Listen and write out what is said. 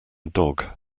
dog